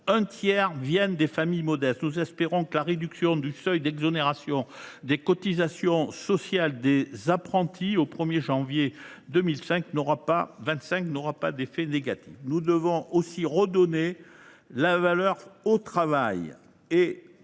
en effet issus de familles modestes. Nous espérons que la réduction du seuil d’exonération des cotisations sociales pour les apprentis au 1janvier 2005 n’aura pas d’effet négatif. Nous devons aussi redonner sa valeur au travail. À